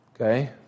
Okay